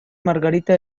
margarita